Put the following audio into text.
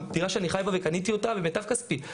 דירה שאני חי בה וקניתי אותה במיטב כספי.